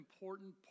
important